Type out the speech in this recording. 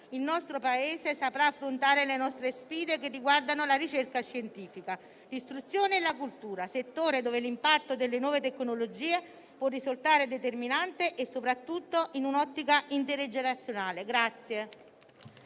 il nostro Paese saprà affrontare le sfide che riguardano la ricerca scientifica, l'istruzione e la cultura, settore in cui l'impatto delle nuove tecnologie può risultare determinante, soprattutto in un'ottica intergenerazionale.